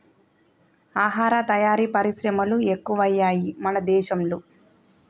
ఆహార తయారీ పరిశ్రమలు ఎక్కువయ్యాయి మన దేశం లో